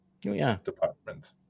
department